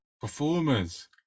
performers